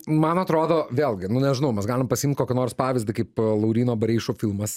man atrodo vėlgi nu nežinau mes galim pasiimt kokį nors pavyzdį kaip lauryno bareišo filmas